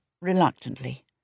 reluctantly